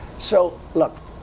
so, look,